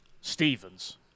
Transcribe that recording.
Stevens